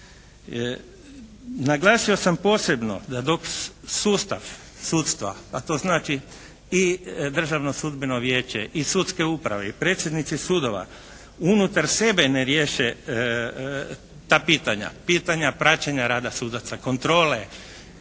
Naglasio sam posebno da dok sustav sudstva, a to znači i Državno sudbeno vijeće i sudske uprave i predsjednici sudova unutar sebe ne riješe ta pitanja, pitanja praćenja rada sudaca, kontrole